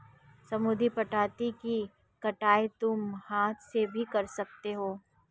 समुद्री पदार्थों की कटाई तुम हाथ से भी कर सकते हो